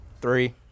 three